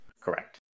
Correct